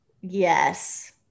Yes